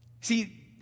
See